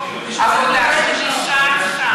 אנחנו מדברים על כך שכוח העבודה שנשאר שם,